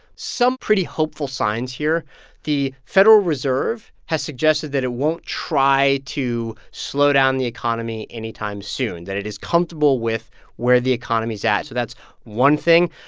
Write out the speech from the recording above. some pretty hopeful signs here the federal reserve has suggested that it won't try to slow down the any time soon, that it is comfortable with where the economy is at. so that's one thing.